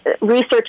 research